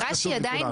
התר"ש עדיין